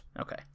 Okay